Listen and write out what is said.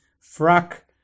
frock